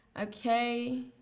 Okay